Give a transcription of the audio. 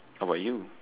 how about you